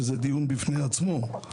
שזה דיון בפני עצמו.